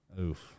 Oof